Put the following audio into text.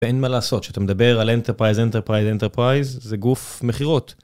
ואין מה לעשות, שאתה מדבר על Enterprise, Enterprise, Enterprise, זה גוף מכירות.